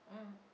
mm